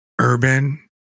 urban